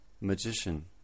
Magician